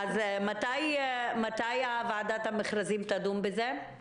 מתי ועדת המכרזים תדון בזה?